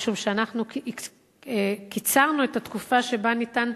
משום שאנחנו קיצרנו את התקופה שבה ניתן,